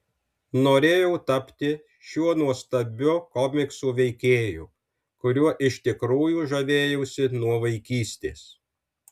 norėjau tapti šiuo nuostabiu komiksų veikėju kuriuo iš tikrųjų žavėjausi nuo vaikystės